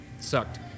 sucked